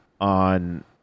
on